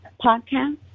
podcast